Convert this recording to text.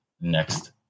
next